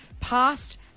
past